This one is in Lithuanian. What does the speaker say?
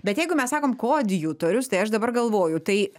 bet jeigu mes sakom koadjutorius tai aš dabar galvoju tai